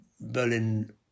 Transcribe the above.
berlin